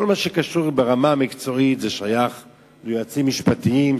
כל מה שקשור ברמה המקצועית שייך ליועצים משפטיים,